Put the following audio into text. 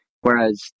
whereas